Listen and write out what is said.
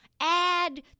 Add